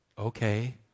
okay